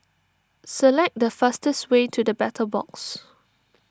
select the fastest way to the Battle Box